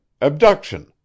Abduction